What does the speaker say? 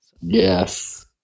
Yes